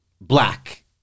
black